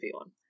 on